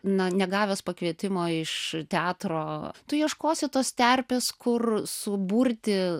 na negavęs pakvietimo iš teatro tu ieškosi tos terpės kur suburti